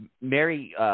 Mary –